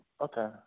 okay